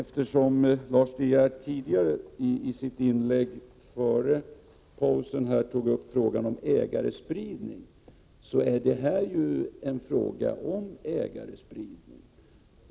I sitt inlägg före pausen tog Lars De Geer upp frågan om ägarspridning. Här är det just fråga om ägarspridning.